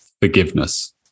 forgiveness